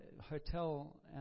hotel